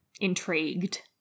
intrigued